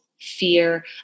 fear